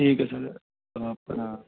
ਠੀਕ ਹੈ ਸਰ ਆਪਣਾ